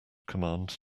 command